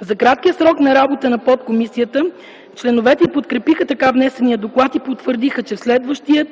за краткия срок за работа на подкомисията, членовете й подкрепиха така внесения доклад и потвърдиха, че в следващият